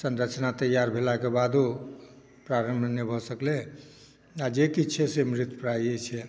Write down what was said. संरचना तैआर भेलाक बादो प्रारम्भ नहि भऽ सकलैया आओर जे किछु छै से मृत प्राय छै